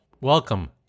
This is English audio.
welcome